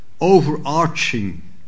overarching